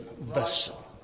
vessel